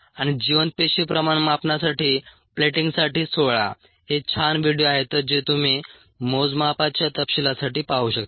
आणि जिवंत पेशी प्रमाण मापनासाठी प्लेटिंगसाठी सोळा हे छान व्हिडिओ आहेत जे तुम्ही मोजमापाच्या तपशीलासाठी पाहू शकता